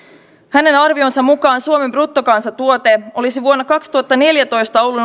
hänen arvionsa mukaan suomen bruttokansantuote olisi vuonna kaksituhattaneljätoista ollut